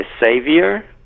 savior